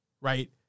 Right